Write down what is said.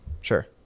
sure